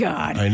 God